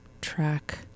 track